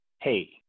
hey